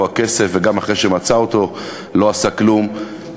הכסף?" וגם אחרי שמצא אותו לא עשה כלום,